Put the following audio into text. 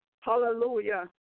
Hallelujah